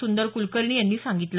सुंदर कुलकर्णी यांनी सांगितलं